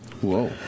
Whoa